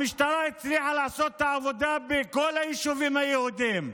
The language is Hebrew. המשטרה הצליחה לעשות את העבודה בכל היישובים היהודיים,